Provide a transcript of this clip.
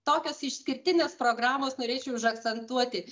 tokios išskirtinės programos norėčiau užakcentuoti